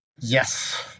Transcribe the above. Yes